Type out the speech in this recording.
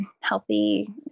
healthy